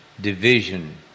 division